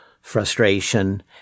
frustration